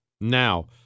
Now